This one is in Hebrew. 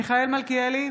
מיכאל מלכיאלי,